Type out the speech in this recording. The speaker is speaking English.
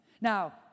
Now